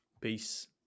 Peace